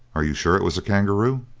are you sure it was a kangaroo?